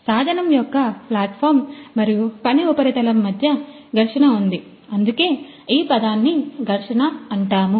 సాధనం యొక్క ప్లాట్ఫామ్ మరియు పని ఉపరితలం మధ్య ఘర్షణ ఉంది అందుకే ఈ పదాన్ని ఘర్షణ అంటాము